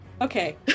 Okay